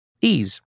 Ease